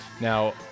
Now